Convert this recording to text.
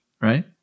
right